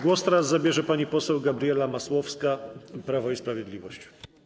Głos zabierze pani poseł Gabriela Masłowska, Prawo i Sprawiedliwość.